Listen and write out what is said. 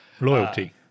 loyalty